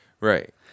Right